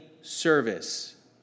service